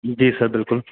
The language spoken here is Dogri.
जी सर बिल्कुल